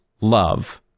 love